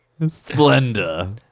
Splenda